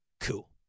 cool